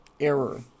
error